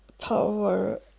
power